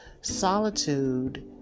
solitude